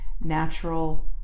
natural